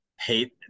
hate